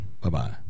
Bye-bye